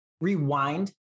rewind